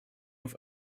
auf